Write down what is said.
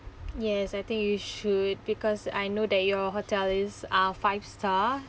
yes I think you should because I know that your hotel is uh five star